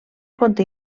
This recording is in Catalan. conté